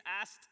asked